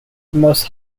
most